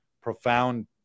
profound